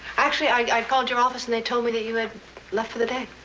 actually i called your office and they told me that you had left for the day.